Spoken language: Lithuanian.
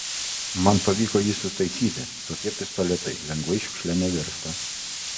man pavyko jį sutaisyti tokie pistoletai lengvai šiukšle nevirsta